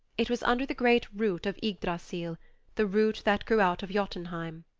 it was under the great root of ygdrassil the root that grew out of jotunheim.